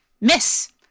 Miss